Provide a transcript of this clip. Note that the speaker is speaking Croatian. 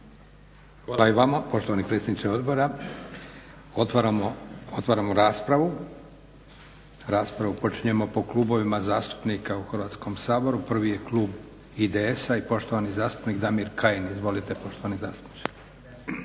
Hvala i vama poštovani predsjedniče odbora. Otvaram raspravu. Raspravu počinjemo po klubovima zastupnika u Hrvatskom saboru. Prvi je klub IDS-a i poštovani zastupnik Damir Kajin. Izvolite poštovani zastupniče.